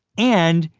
and,